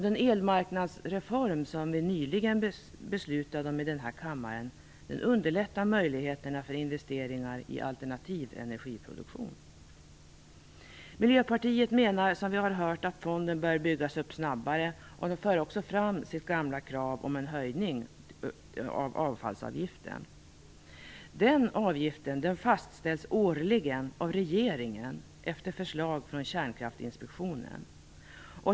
Den elmarknadsreform som vi nyligen beslutade om i denna kammare underlättar möjligheterna för investeringar i alternativ energiproduktion. Miljöpartiet menar, som vi här har hört, att fonden bör byggas upp snabbare och för också fram sitt gamla krav om en höjning av avfallsavgiften. Den avgiften fastställs årligen av regeringen efter förslag från Kärnkraftinspektionen.